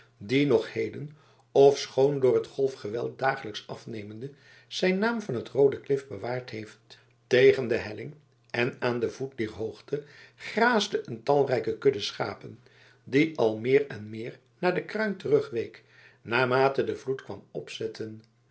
die nog heden ofschoon door het golfgeweld dagelijks afnemende zijn naam van het roode klif bewaard heeft tegen de helling en aan den voet dier hoogte graasde een talrijke kudde schapen die al meer en meer naar de kruin terugweek naarmate de vloed kwam opzetten